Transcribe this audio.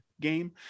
game